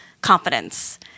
confidence